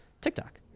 TikTok